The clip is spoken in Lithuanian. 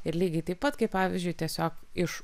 ir lygiai taip pat kaip pavyzdžiui tiesiog iš